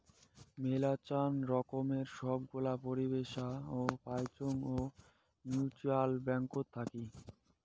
মেলাচান রকমের সব গুলা পরিষেবা পাইচুঙ মিউচ্যুয়াল ব্যাঙ্কত থাকি